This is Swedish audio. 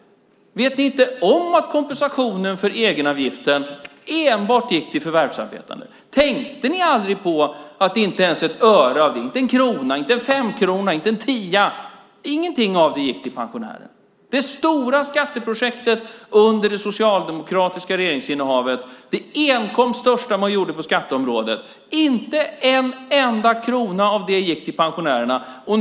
Vet ni inte om att kompensationen för egenavgiften enbart gick till förvärvsarbetande? Tänkte ni aldrig på att inte ens ett öre av det, inte en krona, inte en femkrona, inte en tia, ingenting av det gick till pensionärer? Av det stora skatteprojektet under det socialdemokratiska regeringsinnehavet, det enkom största man gjorde på skatteområdet, gick inte en enda krona till pensionärerna.